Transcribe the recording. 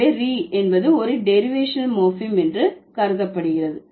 எனவே re என்பது ஒரு டெரிவேஷனல் மோர்பீம் என்று கருதப்படுகிறது